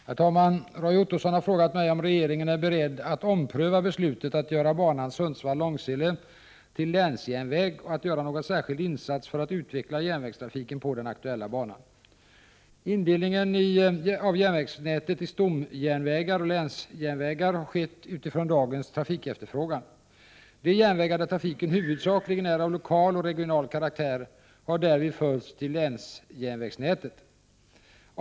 Herr talman! Roy Ottosson har frågat mig om regeringen är beredd att ompröva beslutet att göra banan Sundsvall-Långsele till länsjärnväg och att göra någon särskild insats för att utveckla järnvägstrafiken på den aktuella banan. Indelningen av järnvägsnätet i stomjärnvägar och länsjärnvägar har skett utifrån dagens trafikefterfrågan. De järnvägar där trafiken huvudsakligen är av lokal och regional karaktär har därvid förts till länsjärnvägsnätet.